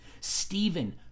Stephen